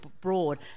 broad